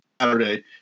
Saturday